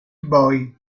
boy